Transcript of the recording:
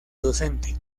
docente